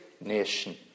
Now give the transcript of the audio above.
nation